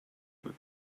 would